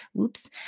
Oops